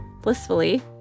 blissfully